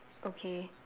okay